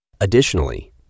Additionally